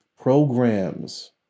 Programs